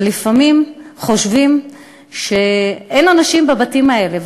שלפעמים חושבים שאין אנשים בבתים האלה,